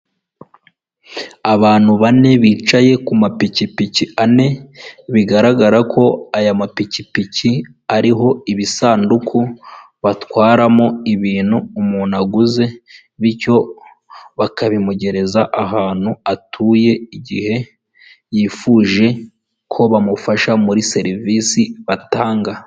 Aha ndahabona ibintu bigiye bitandukanye aho ndimo kubona abantu bagiye batandukanye, imodoka ndetse ndikubona moto zigiye zitandukanye, kandi nkaba ndimo ndabona na rifani zigiye zitandukanye, ndetse kandi nkaba ndimo kuhabona n'umuhanda wa kaburimbo.